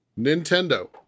Nintendo